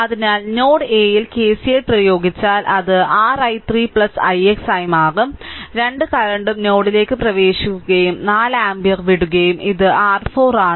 അതിനാൽ node A യിൽ KCL പ്രയോഗിച്ചാൽ അത് r i3 ix ആയി മാറും 'രണ്ട് കറന്റും നോഡിലേക്ക് പ്രവേശിക്കുകയും 4 ആമ്പിയർ വിടുകയും ഇത് r 4 ആണ്